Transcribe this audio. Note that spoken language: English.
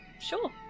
sure